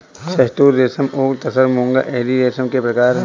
शहतूत रेशम ओक तसर मूंगा एरी रेशम के प्रकार है